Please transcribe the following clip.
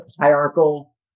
hierarchical